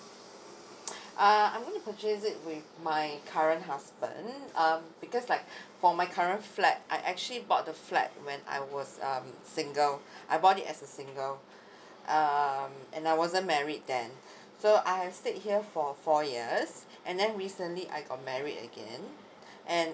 uh I'm gonna purchase it with my current husband um because like for my current flat I actually bought the flat when I was um single I bought it as a single um and I wasn't married then so I have stayed here for four years and then recently I got married again and